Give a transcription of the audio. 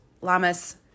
Lamas